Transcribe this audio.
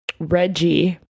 reggie